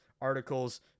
articles